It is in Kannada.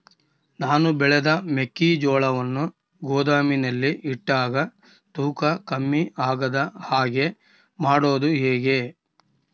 ನಾನು ಬೆಳೆದ ಮೆಕ್ಕಿಜೋಳವನ್ನು ಗೋದಾಮಿನಲ್ಲಿ ಇಟ್ಟಾಗ ತೂಕ ಕಮ್ಮಿ ಆಗದ ಹಾಗೆ ಮಾಡೋದು ಹೇಗೆ?